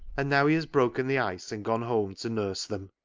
and now he has broken the ice and gone home to nurse them.